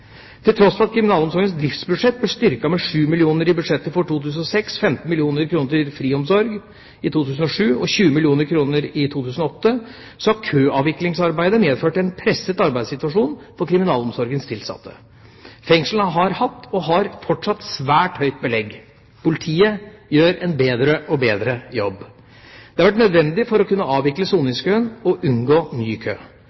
Til tross for at kriminalomsorgens driftsbudsjett ble styrket med 7 mill. kr i budsjettet for 2006, 15 mill. kr til friomsorg i 2007 og 20 mill. kr i 2008, har køavviklingsarbeidet medført en presset arbeidssituasjon for kriminalomsorgens tilsatte. Fengslene har hatt, og har fortsatt, et svært høyt belegg. Politiet gjør en bedre og bedre jobb. Det har vært nødvendig for å kunne avvikle